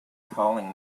calling